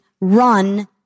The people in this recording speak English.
run